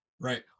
Right